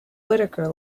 whittaker